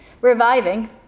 reviving